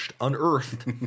unearthed